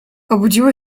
obudziło